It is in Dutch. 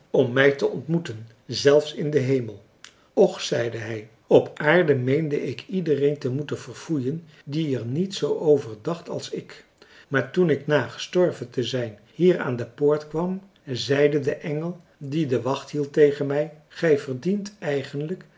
om mij te ontmoeten zelfs in den hemel och zeide hij op aarde meende ik iedereen te moeten verfoeien die er niet zoo over dacht als ik maar toen ik na gestorven te zijn hier aan de poort kwam zeide de engel die de wacht hield tegen mij gij verdiendet eigenlijk